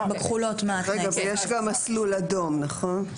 יש גם מסלול אדום, נכון?